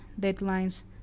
deadlines